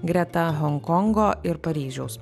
greta honkongo ir paryžiaus